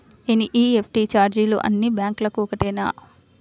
NEFT ఛార్జీలు అన్నీ బ్యాంక్లకూ ఒకటేనా?